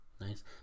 nice